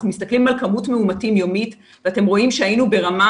אנחנו מסתכלים על כמות מאומתים יומית ואתם רואים שהיינו ברמה,